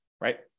right